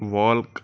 వల్క్